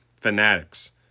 Fanatics